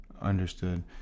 Understood